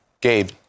Gabe